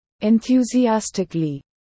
Enthusiastically